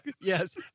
Yes